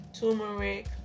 turmeric